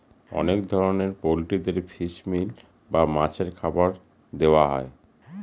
অনেক ধরনের পোল্ট্রিদের ফিশ মিল বা মাছের খাবার দেওয়া হয়